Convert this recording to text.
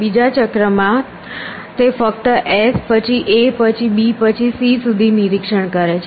બીજા ચક્રમાં ફક્ત s પછી a પછી b પછી c સુધી નિરીક્ષણ કરે છે